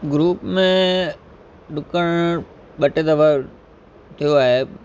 group में डुकण ॿ टे दफ़ा थियो आहे